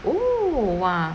oo !wah!